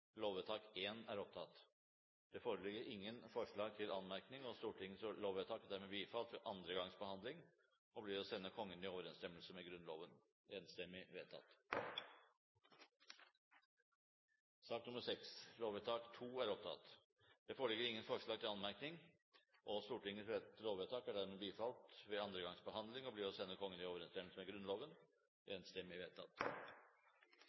lovvedtak er dermed bifalt ved annen gangs behandling og blir å sende Kongen i overensstemmelse med Grunnloven. Det foreligger ingen forslag til anmerkning. Stortingets lovvedtak er dermed bifalt ved annen gangs behandling og blir å sende Kongen i overensstemmelse med Grunnloven.